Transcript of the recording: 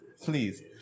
Please